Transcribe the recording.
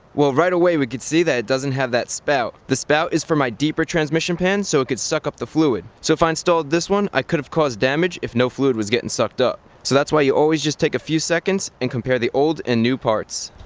well, right away, we could see that it doesn't have that spout. the spout is for my deeper transmission pan so it could suck up the fluid. so if i installed this one, i could have caused damage if no fluid was getting sucked up. so that's why you always just take a few seconds and compare the old and new parts.